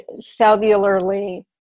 cellularly